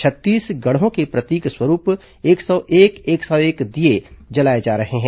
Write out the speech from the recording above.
छत्तीस गढ़ों के प्रतीक स्वरूप एक सौ एक एक सौ एक दीये जलाए जा रहे हैं